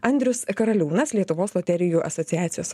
andrius karaliūnas lietuvos loterijų asociacijos